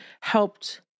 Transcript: helped